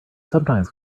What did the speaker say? sometimes